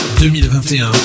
2021